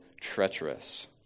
treacherous